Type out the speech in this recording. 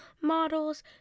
models